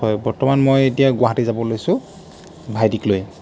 হয় বৰ্তমান মই এতিয়া গুৱাহাটী যাব লৈছোঁ ভাইটিক লৈ